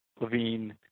Levine